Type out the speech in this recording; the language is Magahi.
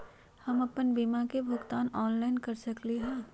हम अपन बीमा के भुगतान ऑनलाइन कर सकली ह?